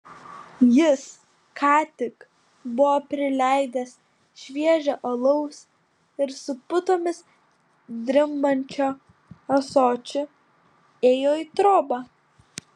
jis ką tik buvo prileidęs šviežio alaus ir su putomis drimbančiu ąsočiu ėjo į trobą